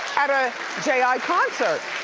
at a j i. concert.